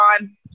on